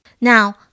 Now